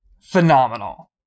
Phenomenal